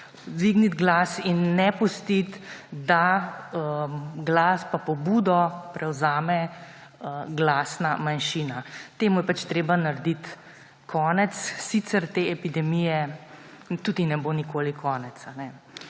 dvigniti glas in ne pustiti, da glas pa pobudo prevzame glasna manjšina. Temu je pač treba narediti konec, sicer te epidemije tudi ne bo nikoli konec.